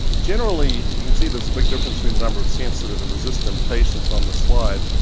generally you can see there's a big difference between the number of sensitive and resistant patients on the slide.